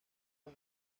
con